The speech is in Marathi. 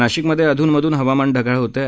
नाशिक मध्ये अधून अधून हवामान ढगाळ होत आहे